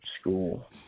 School